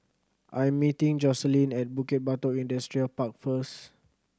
I am meeting Jocelyne at Bukit Batok Industrial Park first